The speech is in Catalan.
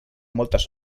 moltes